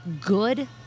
good